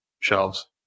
Shelves